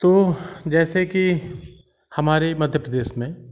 तो जैसे कि हमारे मध्य प्रदेश में